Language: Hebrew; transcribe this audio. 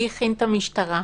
מי הכין את המשטרה?